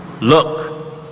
Look